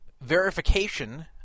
verification